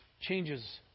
changes